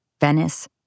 Venice